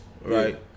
right